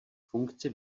funkci